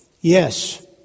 Yes